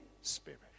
Spirit